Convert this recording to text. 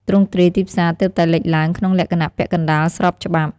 ទ្រង់ទ្រាយទីផ្សារទើបតែលេចឡើងក្នុងលក្ខណៈពាក់កណ្តាលស្របច្បាប់។